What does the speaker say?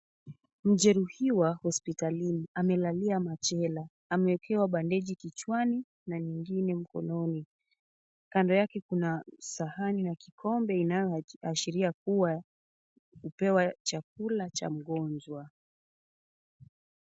Mjeruhiwa hospitalini, amelalia machela. Amewekewa bandeji kichwani na nyingine mkononi. Kando yake kuna sahani na kikombe, inayoashiria kuwa hupewa chakula cha mgonjwa.